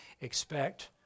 expect